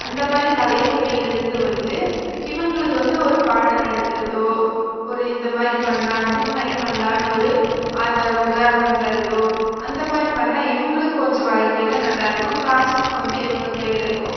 அந்த மாதிரி கலைத்துறையிலிருந்து வந்து இவங்குளுக்கு வந்து ஒரு பாடம் நடத்துகிறதோ ஒரு இந்தமாதிரி பண்ணால் அந்தமாதிரி பண்ணலான்னு ஒரு ஆதாரம் உதாரணம் தரதோ அந்தமாதிரி பண்ணால் இவங்குளுக்கு கொஞ்சம் வாழ்க்கையில் நல்லாருக்கும் காசுன்னு கொஞ்சம் இவங்க கையில் இருக்கும்